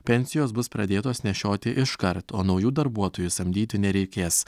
pensijos bus pradėtos nešioti iškart o naujų darbuotojų samdyti nereikės